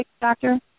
doctor